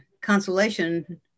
consolation